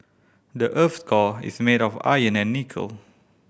the earth's core is made of iron and nickel